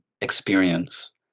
experience